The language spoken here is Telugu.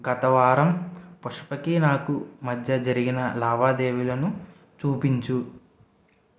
గత వారం పుష్పకి నాకు మధ్య జరిగిన లావాదేవీలను చూపించు